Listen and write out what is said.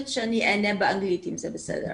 שאני אענה באנגלית, אם זה בסדר.